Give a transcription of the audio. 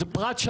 זה פרט,